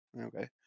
Okay